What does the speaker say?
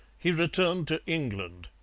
he returned to england,